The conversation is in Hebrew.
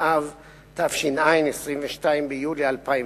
אדוני היושב-ראש,